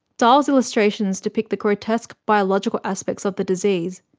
dahl's illustrations depict the grotesque biological aspects of the disease,